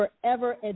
forever